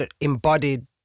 embodied